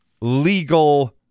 legal